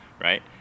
Right